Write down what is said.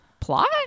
Plot